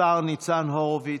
השר ניצן הורוביץ.